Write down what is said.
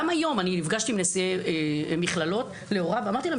גם היום אני נפגשת עם נשיאי מכללות להוראה ושואלת אותם: